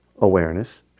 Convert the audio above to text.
awareness